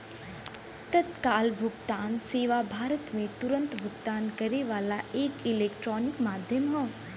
तत्काल भुगतान सेवा भारत में तुरन्त भुगतान करे वाला एक इलेक्ट्रॉनिक माध्यम हौ